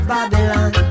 Babylon